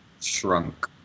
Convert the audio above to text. Shrunk